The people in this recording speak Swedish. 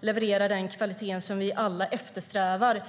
leverera den kvalitet som vi alla eftersträvar.